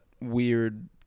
weird